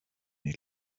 neu